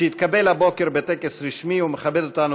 שהתקבל הבוקר בטקס רשמי ומכבד אותנו